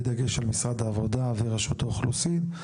בדגש על משרד העבודה ורשות האוכלוסין וההגירה,